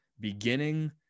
beginning